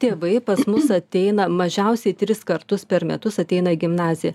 tėvai pas mus ateina mažiausiai tris kartus per metus ateina į gimnaziją